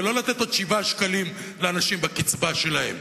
ולא לתת עוד 7 שקלים לאנשים בקצבה שלהם.